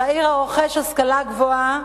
צעיר הרוכש השכלה גבוהה